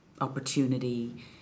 opportunity